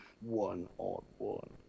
One-on-one